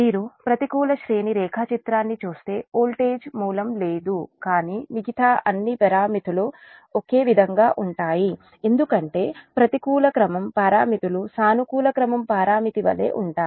మీరు ప్రతికూల శ్రేణి రేఖాచిత్రాన్ని చూస్తే వోల్టేజ్ మూలం లేదు కాని మిగతా అన్ని పారామితులు ఒకే విధంగా ఉంటాయి ఎందుకంటే ప్రతికూల క్రమం పారామితులు సానుకూల క్రమం పారామితి వలె ఉంటాయి